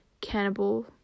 cannibal